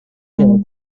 کردهام